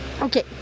Okay